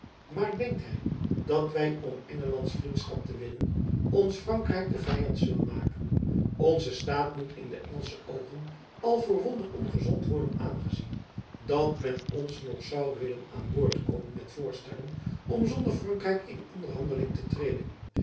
maar denkt hy dat wy om engelands vriendschap te winnen ons frankrijk te vyand zullen maken onze staat moet in de engelsche oogen al voor wonder ongezond worden aangezien dat men ons nog zoû willen aan boord komen met voorstellen om zonder frankrijk in onderhandeling te treden